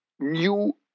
new